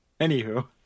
Anywho